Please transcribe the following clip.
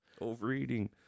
Overeating